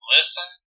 Listen